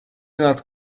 that